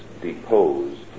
deposed